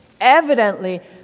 Evidently